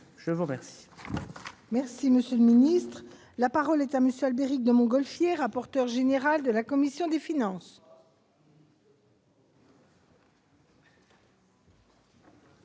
je vous remercie